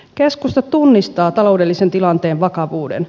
keskusta tunnistaa taloudellisen tilanteen vakavuuden